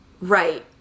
Right